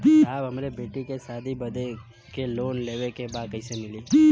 साहब हमरे बेटी के शादी बदे के लोन लेवे के बा कइसे मिलि?